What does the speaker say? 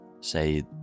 say